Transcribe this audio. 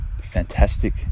fantastic